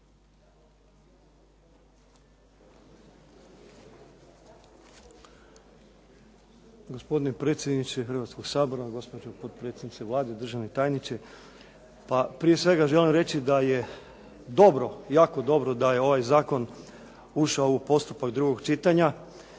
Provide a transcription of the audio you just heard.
Hrvatskoga sabora, gospođo potpredsjednice Vlade, državni tajniče. Pa prije svega želim reći da je dobro, jako dobro da je ovaj zakon ušao u postupak drugog čitanja